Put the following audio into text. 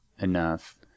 enough